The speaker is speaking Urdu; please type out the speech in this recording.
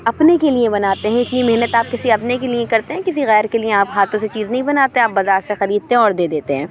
اپنے کے لیے بناتے ہیں اتنی محنت آپ کسی اپنے کے لیے کرتے ہیں کسی غیر کے لیے آپ ہاتھوں سے چیز نہیں بناتے آپ بازار سے خریدتے ہیں اور دے دیتے ہیں